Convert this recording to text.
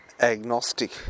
agnostic